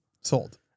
Sold